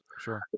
Sure